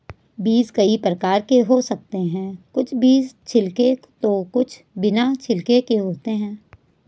बीज कई प्रकार के हो सकते हैं कुछ बीज छिलके तो कुछ बिना छिलके के होते हैं